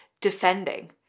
defending